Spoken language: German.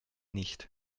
nicht